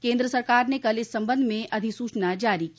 केन्द्र सरकार ने कल इस संबंध में अधिसूचना जारी की